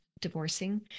divorcing